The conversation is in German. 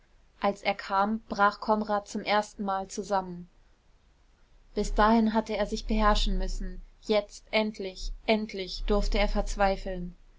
als er kam brach konrad zum erstenmal zusammen bis dahin hatte er sich beherrschen müssen jetzt endlich endlich durfte er verzweifeln